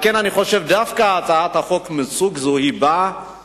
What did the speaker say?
לכן אני חושב שדווקא הצעת חוק מסוג זה באה